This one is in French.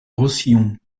roussillon